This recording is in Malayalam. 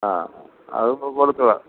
ആ അത് നമുക്ക് കൊടുത്ത് വിടാം